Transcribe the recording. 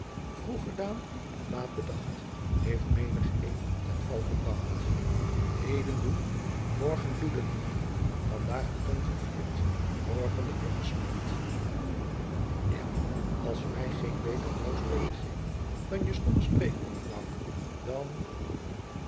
vroeg gedaan en laat bedacht heeft menigeen ten val gebracht heden doen morgen bloên vandaag de tong gevierd morgen de rug gesmierd ja als je mij geen beter troost weet te geven dan je stomme spreekwoorden bouke dan